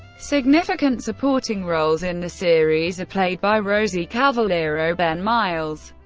significant supporting roles in the series are played by rosie cavaliero, ben miles,